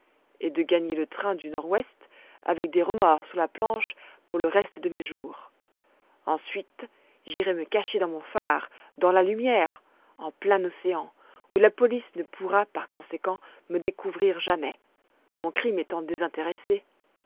et de gagner le train du nord-ouest avec des remords sur la planche pour le reste de mes jours ensuite j'irai me cacher dans mon phare dans la lumière en plein océan où la police ne pourra par conséquent me découvrir jamais mon crime étant désintéressé